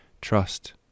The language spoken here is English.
trust